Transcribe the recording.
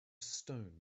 stone